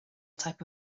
type